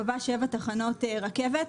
קבעה שבע תחנות רכבות,